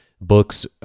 books